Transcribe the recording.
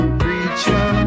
preacher